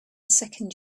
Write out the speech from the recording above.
second